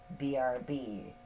BRB